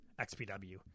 xpw